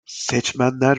seçmenler